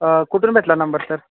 कुठून भेटला number sir